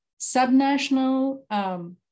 subnational